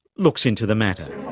looks into the matter.